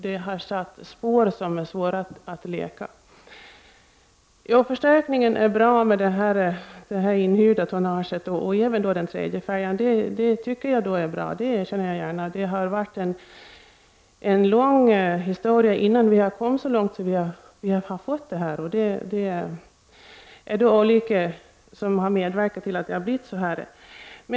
Detta har satt spår som är svåra att utplåna. Förstärkningen med det inhyrda tonnaget och även en tredje färja är bra. Det erkänner jag gärna. Det har tagit lång tid att komma så här långt. Det är olika faktorer som har medverkat till att det har blivit så här.